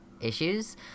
issues